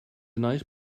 nice